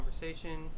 conversation